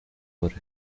پره